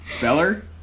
Beller